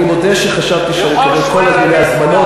אני מודה שחשבתי שאני אקבל כל מיני הזמנות.